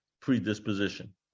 predisposition